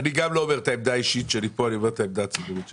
גם אני לא אומר את העמדה האישית שלי אלא את העמדה הציבורית שלי.